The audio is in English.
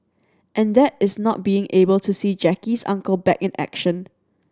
and that is not being able to see Jackie's Uncle back in action